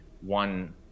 one